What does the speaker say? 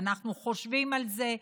ואנחנו חושבים על זה,